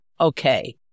okay